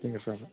ঠিক আছে হ'ব